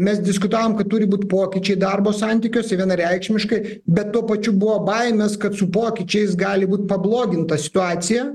mes diskutavom kad turi būt pokyčiai darbo santykiuose vienareikšmiškai bet tuo pačiu buvo baimės kad su pokyčiais gali būt pabloginta situacija